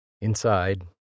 Inside